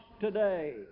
today